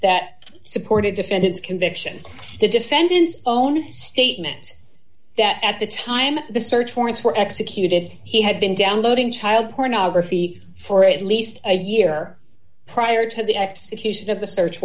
that supported defendants convictions the defendant's own statements that at the time the search warrants were executed he had been downloading child pornography for at least a year prior to the execution of the search